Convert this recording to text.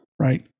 Right